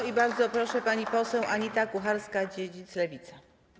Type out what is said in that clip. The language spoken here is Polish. I bardzo proszę, pani poseł Anita Kucharska-Dziedzic, Lewica.